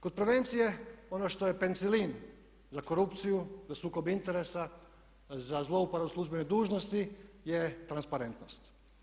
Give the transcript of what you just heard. Kod prevencije, ono što je penicilin za korupciju, za sukob interesa, za zlouporabu službene dužnosti je transparentnost.